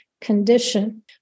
condition